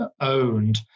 owned